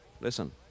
Listen